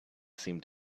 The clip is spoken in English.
seemed